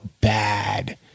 bad